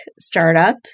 startup